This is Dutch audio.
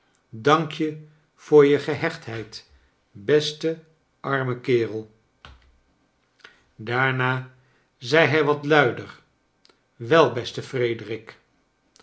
dank je voor je gehechtheid beste arme kerel daarna zei hij wat luidei wel beste frederik